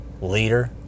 leader